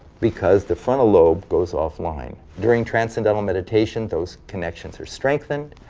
because the frontal lobe goes offline. during transcendental meditation those connections are strengthened.